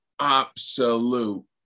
absolute